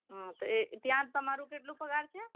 હમ્મ એ ત્યાં તમારું કેટલું પગાર છે